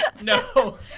No